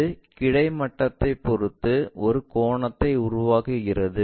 இது கிடை மட்டத்தை பொருத்து ஒரு கோணத்தை உருவாக்குகிறது